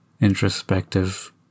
introspective